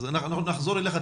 אנחנו נחזור אליך בהמשך,